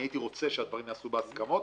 אני הייתי רוצה שהדברים ייעשו בהסכמות.